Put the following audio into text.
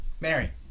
Mary